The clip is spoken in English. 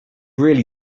really